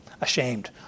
ashamed